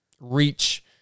reach